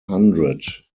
hundred